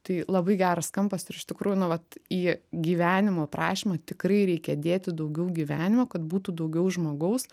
tai labai geras kampas ir iš tikrųjų nu vat į gyvenimo aprašymą tikrai reikia dėti daugiau gyvenimo kad būtų daugiau žmogaus